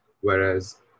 Whereas